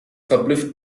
verblüfft